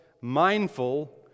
mindful